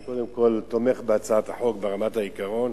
אני קודם כול תומך בהצעת החוק ברמת העיקרון.